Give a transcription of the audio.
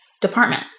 department